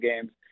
games